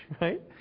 right